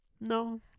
No